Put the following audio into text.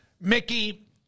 Mickey